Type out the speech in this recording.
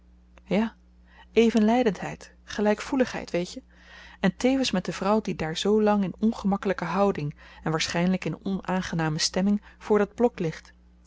ja evenlydendheid gelykvoeligheid weetje en tevens met de vrouw die daar zoo lang in ongemakkelyke houding en waarschynlyk in onaangename stemming voor dat blok ligt